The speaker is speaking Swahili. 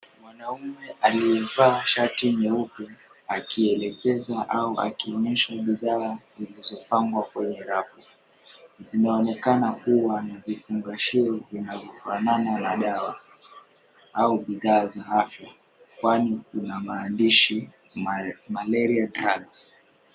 Mwanaume aliyevaa shati nyeupe akielekezwa au akionyeshwa bidhaa zilizopangwa kwenye rafu. Zinaonekana kuwa ni vipashio vinavyofanana na dawa au bidhaa za afya kwani zina maandishi, Malaria Drugs .